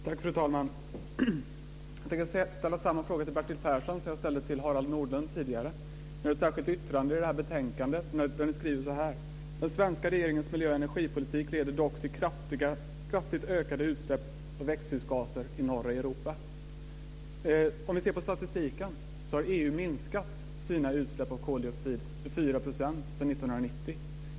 Fru talman! Jag tänker ställa samma fråga till Bertil Persson som jag tidigare ställde till Harald Nordlund. Ni har ett särskilt yttrande till betänkandet där ni framför följande: "Den svenska regeringens miljö och energipolitik leder dock till kraftigt ökade utsläpp av växthusgaser i norra Europa." Om vi ser på statistiken har EU minskat sina utsläpp av koldioxid med 4 % sedan 1990.